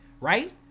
right